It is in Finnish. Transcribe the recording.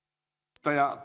arvoisa